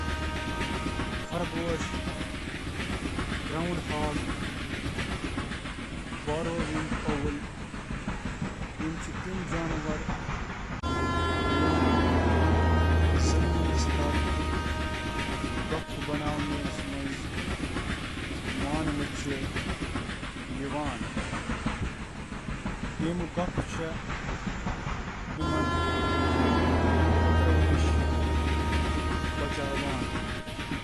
چیونٹیہٕ، پننہٕ زیر زمین سرنگن تہٕ چیمبرن سۭتۍ، چِھ تفصیلی منصوبہٕ بندی تہٕ فرقہ وارانہ زندگی ہنٛد مظٲہرٕ کران۔